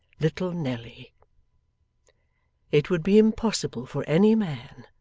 little nelly it would be impossible for any man,